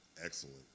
excellent